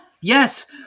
Yes